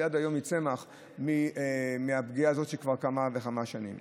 ועד היום היא צמח מהפגיעה הזאת לפני כמה וכמה שנים,